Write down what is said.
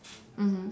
mmhmm